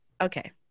okay